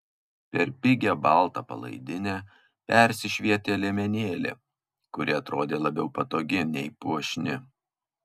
per pigią baltą palaidinę persišvietė liemenėlė kuri atrodė labiau patogi nei puošni